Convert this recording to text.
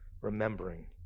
remembering